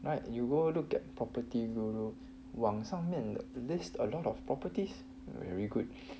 like you go look at property guru 网上面 list a lot of properties very good